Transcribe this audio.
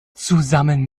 zusammen